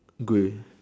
grey